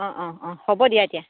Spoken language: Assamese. অঁ অঁ অঁ হ'ব দিয়া এতিয়া